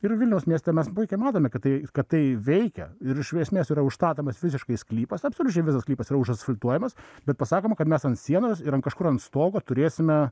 ir vilniaus mieste mes puikiai matome kad tai kad tai veikia ir iš esmės yra užstatomas fiziškai sklypas absoliučiai visas sklypas yra užasfaltuojamas bet pasakoma kad mes ant sienos ir ant kažkur ant stogo turėsime